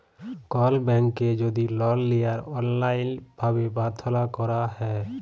call ব্যাংকে যদি লল লিয়ার অললাইল ভাবে পার্থলা ক্যরা হ্যয়